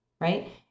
right